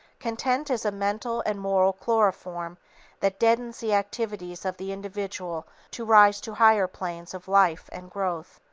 content is a mental and moral chloroform that deadens the activities of the individual to rise to higher planes of life and growth.